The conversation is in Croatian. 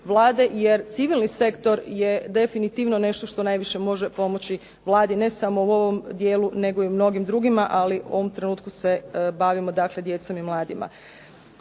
jer civilni sektor je definitivno nešto što najviše može pomoći Vladi ne samo u ovom dijelu nego i u mnogim drugima ali u ovom trenutku se bavimo djecom i mladima.